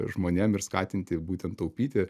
žmonėm ir skatinti būtent taupyti